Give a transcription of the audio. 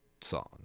song